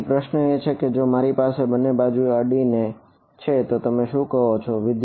તેથી પ્રશ્ન એ છે કે જો મારી પાસે બે બાજુઓ અડીને છે તો તમે શું કહેશો